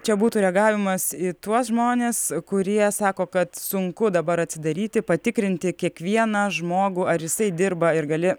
čia būtų reagavimas į tuos žmones kurie sako kad sunku dabar atsidaryti patikrinti kiekvieną žmogų ar jisai dirba ir gali